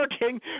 working